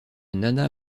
nana